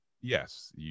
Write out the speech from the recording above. yes